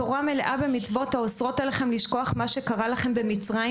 התורה מלאה במצוות האוסרות עליכם לשכוח את מה שקרה לכם במצרים,